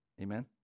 Amen